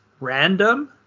random